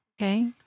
Okay